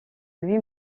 lui